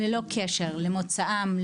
ללא קשר למוצאם,